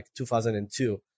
2002